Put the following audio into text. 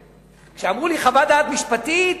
כשאמרו לי "חוות דעת משפטית",